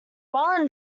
while